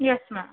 yes ma'am